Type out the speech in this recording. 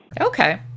Okay